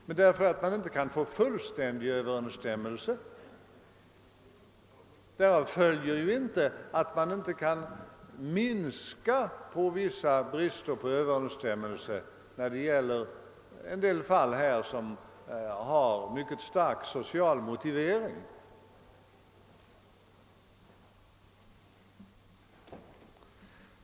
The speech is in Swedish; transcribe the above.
Men av att man inte kan få fullständig överensstämmelse följer ju ingalunda att man inte kan minska vissa brister på överensstämmelse när det gäller en del fall som har mycket stark social motivering.